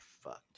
fucked